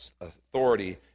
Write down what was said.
Authority